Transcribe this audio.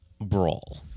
brawl